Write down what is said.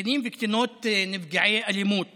קטינים וקטינות נפגעי אלימות